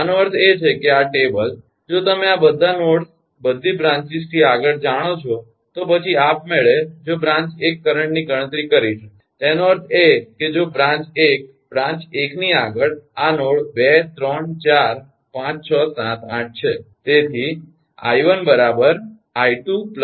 આનો અર્થ એ છે કે આ ટેબલ જો તમે આ બધા નોડ્સ બધી બ્રાંચીસથી આગળ જાણો છો તો પછી આપમેળે જો બ્રાંચ 1 કરંટ ની ગણતરી કરી શકાય તેનો અર્થ એ કે જો બ્રાંચ 1 બ્રાંચ 1 ની આગળ આ નોડ 2 3 4 5 6 7 8 છે